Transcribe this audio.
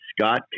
Scott